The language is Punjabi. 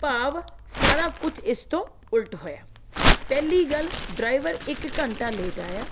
ਭਾਵ ਸਾਰਾ ਕੁਛ ਇਸ ਤੋਂ ਉਲਟ ਹੋਇਆ ਪਹਿਲੀ ਗੱਲ ਡਰਾਈਵਰ ਇੱਕ ਘੰਟਾ ਲੇਟ ਆਇਆ